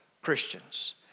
Christians